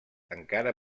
encara